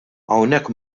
hawnhekk